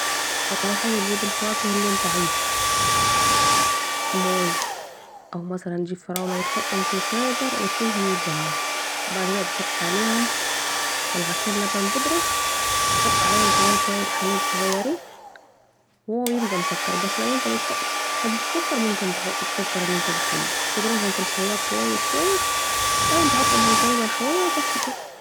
أول حاجة تجيب فواكه الي أنت عايزها موز؟ أو مثلاً تجيب فروله تحطهم في الفريزر و تسيبهم يتجمدواو و بعد كده تحط عليهم ملعقتين لبن بدرة و تحط عليهم كماني شوية حليب صغيرين و هو بيبقي مسكر بس لو أنت عايز تحط سكر تحط سكر بتاعك و تضربهم في الخلاط كويس كويس... بعدين تحطهم في الفريزر شوية و خلاص كده